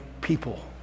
people